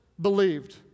believed